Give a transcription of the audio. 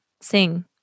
Sing